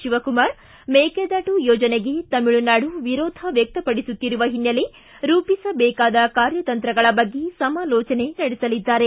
ಶಿವಕುಮಾರ ಮೇಕೆದಾಟು ಯೋಜನಗೆ ತಮಿಳುನಾಡು ವಿರೋಧ ವ್ಯಕ್ತಪಡಿಸುತ್ತಿರುವ ಹಿನ್ನೆಲೆ ರೂಪಿಸಬೇಕಾದ ಕಾರ್ಯತಂತ್ರಗಳ ಬಗ್ಗೆ ಸಮಾಲೋಚನೆ ನಡೆಸಲಿದ್ದಾರೆ